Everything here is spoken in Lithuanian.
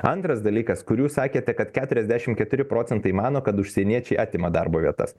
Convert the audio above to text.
antras dalykas kur jūs sakėte kad keturiasdešim keturi procentai mano kad užsieniečiai atima darbo vietas